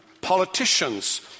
politicians